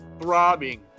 throbbing